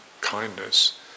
kindness